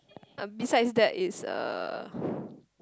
uh besides that is uh